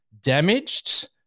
damaged